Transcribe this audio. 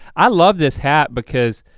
i love this hat because